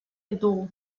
ditugu